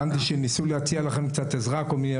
הבנתי שניסו להציע לכם קצת עזרה, כל מיני